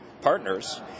partners